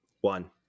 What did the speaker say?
one